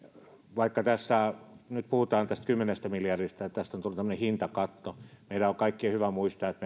vaikka tässä nyt puhutaan tästä kymmenestä miljardista ja tästä on tullut tämmöinen hintakatto meidän on kaikkien hyvä muistaa että